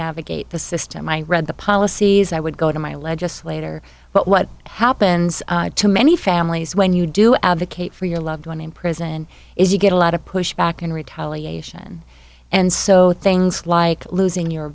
navigate the system i read the policies i would go to my legislator but what happens to many families when you do advocate for your loved one in prison is you get a lot of pushback in retaliation and so things like losing your